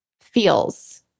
feels